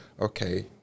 okay